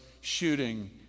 shooting